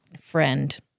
friend